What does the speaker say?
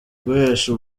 guhesha